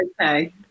Okay